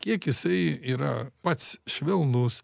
kiek jisai yra pats švelnus